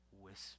whisper